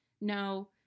no